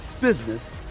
business